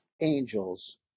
angels